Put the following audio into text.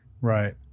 Right